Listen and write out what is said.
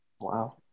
Wow